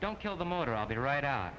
don't kill the motor i'll be right out